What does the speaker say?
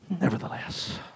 Nevertheless